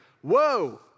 whoa